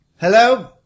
Hello